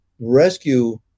rescue